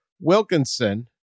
Wilkinson